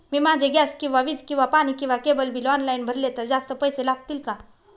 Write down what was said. मी माझे गॅस किंवा वीज किंवा पाणी किंवा केबल बिल ऑनलाईन भरले तर जास्त पैसे लागतील का?